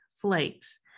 flakes